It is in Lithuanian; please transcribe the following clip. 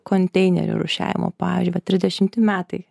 konteinerių rūšiavimo pavyzdžiui vat trisdešimti metai